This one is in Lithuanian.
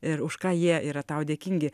ir už ką jie yra tau dėkingi